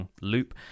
loop